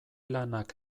lanak